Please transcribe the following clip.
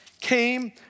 came